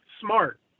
smart